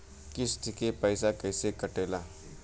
किस्त के पैसा कैसे कटेला?